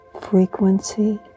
Frequency